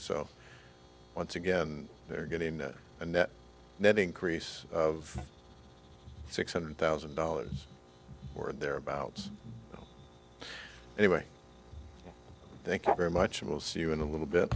so once again they're getting a net net increase of six hundred thousand dollars or thereabouts anyway thank you very much and we'll see you in a little bit